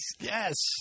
Yes